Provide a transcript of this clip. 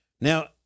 Now